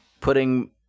putting